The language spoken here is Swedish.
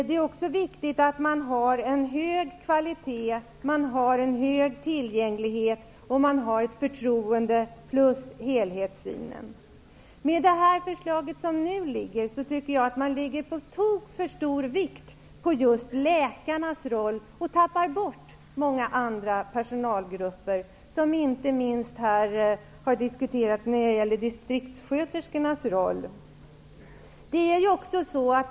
Det är också viktigt att man har en hög kvalitet, god tillgänglighet och ett förtroende plus helhetssynen. Med det nu föreliggande förslaget lägger man på tok för stor vikt vid just läkarnas roll och tappar bort många andra personalgrupper. Här har diskuterats inte minst distriktssköterskornas roll.